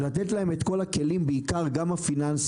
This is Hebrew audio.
לתת להן את כל הכלים גם הפיננסיים,